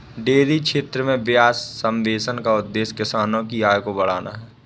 dairy क्षेत्र में ब्याज सब्वेंशन का उद्देश्य किसानों की आय को बढ़ाना है